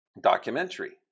documentary